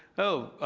oh,